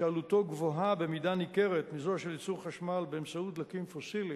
שעלותו גבוהה במידה ניכרת מזו של ייצור חשמל באמצעות דלקים פוסיליים,